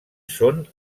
són